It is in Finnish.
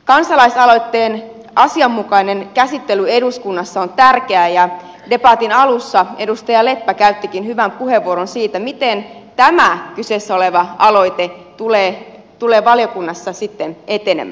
kansalaisaloitteen asianmukainen käsittely eduskunnassa on tärkeää ja debatin alussa edustaja leppä käyttikin hyvän puheenvuoron siitä miten tämä kyseessä oleva aloite tulee valiokunnassa sitten etenemään